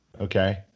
Okay